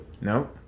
No